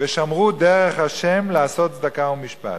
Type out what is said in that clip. ושמרו דרך ה' לעשות צדקה ומשפט.